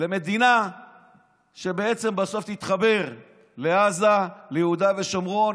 למדינה שבעצם בסוף תתחבר לעזה וליהודה ושומרון,